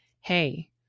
Hey